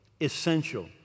essential